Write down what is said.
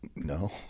no